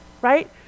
Right